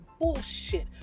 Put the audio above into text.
bullshit